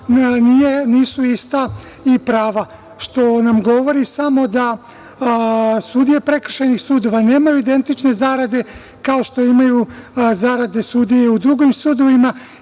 nisu ista i prava, što nam govori samo da sudije prekršajnih sudova nemaju identične zarade kao što imaju zarade sudije u drugim sudovima,